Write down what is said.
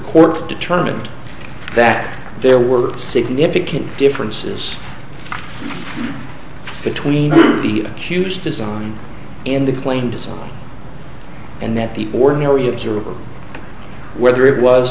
court determined that there were significant differences between the accused design and the claimed design and that the ordinary observer whether it was